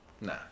Nah